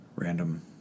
Random